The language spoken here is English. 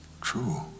true